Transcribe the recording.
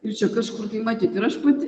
ir čia kažkur taip matyt ir aš pati